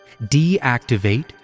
deactivate